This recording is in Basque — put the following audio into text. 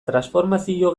transformazio